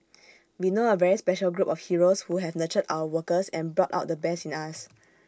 we know A very special group of heroes who have nurtured our workers and brought out the best in us